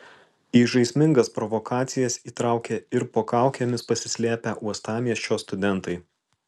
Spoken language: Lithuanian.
į žaismingas provokacijas įtraukė ir po kaukėmis pasislėpę uostamiesčio studentai